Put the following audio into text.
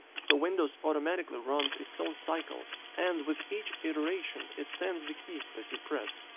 so windows automatically runs it's own cycle and with each iteration it sends the key that you press.